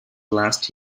last